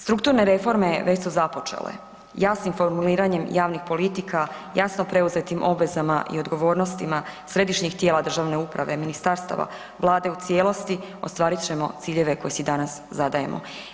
Strukturne reforme već su započele jasnim formuliranjem javnih politika, jasno preuzetim obvezama i odgovornostima središnjih tijela državne uprave, ministarstava, Vlade u cijelosti, ostvarit ćemo ciljeve koje si danas zadajemo.